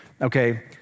Okay